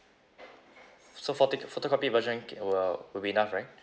so photoc~ photocopy version c~ will will be enough right